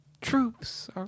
troops